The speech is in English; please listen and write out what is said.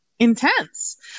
intense